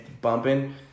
bumping